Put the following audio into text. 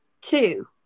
Two